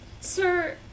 sir